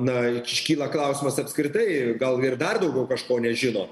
na iškyla klausimas apskritai gal ir dar daugiau kažko nežino